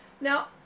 Now